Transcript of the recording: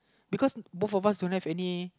because both of us don't have any